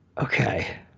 Okay